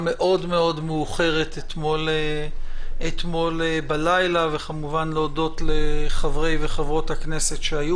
מאוד מאוד מאוחרת אתמול בלילה וכמובן להודות לחברי וחברות הכנסת שהיו